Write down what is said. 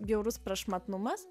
bjaurus prašmatnumas